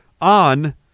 on